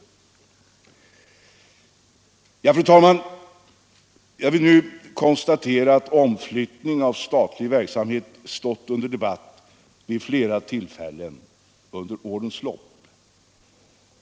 Fru talman! Jag konstaterar att omflyttning av statlig verksamhet stått under debatt vid flera tillfällen under årens lopp.